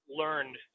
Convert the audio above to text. learned